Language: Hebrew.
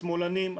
שמאלנים,